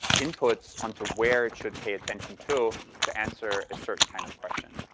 inputs on to where it should pay attention to, to answer a certain kind of question,